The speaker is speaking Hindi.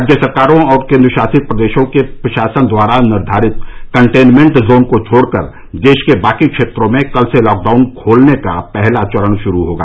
राज्य सरकारों और केन्द्रशासित प्रदेशों के प्रशासन द्वारा निर्धारित कंटेनमेन्ट जोन को छोड़कर देश के बाकी क्षेत्रों में कल से लॉकडाउन खोलने का पहला चरण शुरू होगा